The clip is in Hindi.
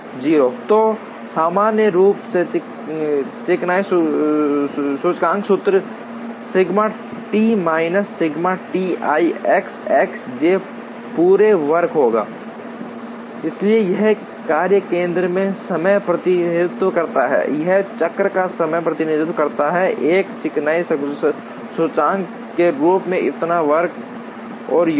0 तो सामान्य रूप से चिकनाई सूचकांक सूत्र sigma T minus sigma T I X x j पूरे वर्ग होगा इसलिए यह कार्य केंद्र में समय का प्रतिनिधित्व करता है यह एक चक्र समय का प्रतिनिधित्व करता है एक चिकनाई सूचकांक के रूप में इतना वर्ग और योग